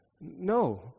No